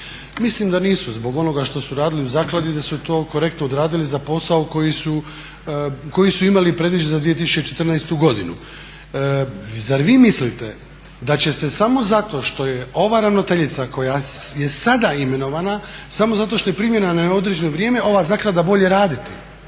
Mislim da nisu, zbog onoga što su radili u zakladi da su to korektno odradili za posao koji su imali predviđen za 2014. godinu. Zar vi mislite da će se samo zato što je ova ravnateljica koja je sada imenovana, samo zato što je primljena na neodređeno vrijeme ova zaklada bolje raditi?